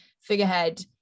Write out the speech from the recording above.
figurehead